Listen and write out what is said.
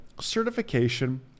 Certification